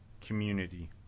community